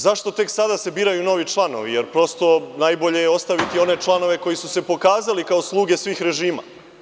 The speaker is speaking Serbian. Zašto tek sada se biraju novi članovi, jer prosto, najbolje je ostaviti one članove koji su se pokazali kao sluge svih režima.